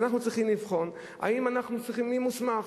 שאנחנו צריכים לבחון מי מוסמך.